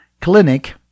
Clinic